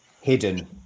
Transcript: hidden